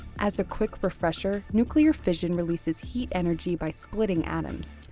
as a quick refresher, nuclear fission releases heat energy by splitting atoms,